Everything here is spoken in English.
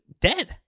dead